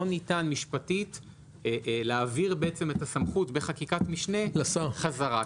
לא ניתן משפטית להעביר בעצם את הסמכות בחקיקת משנה חזרה,